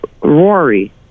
Rory